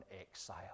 exile